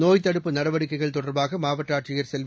நோய்த் தடுப்பு நடவடிக்கைகள் தொடர்பாக மாவட்ட ஆட்சியர் செல்வி